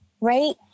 right